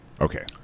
Okay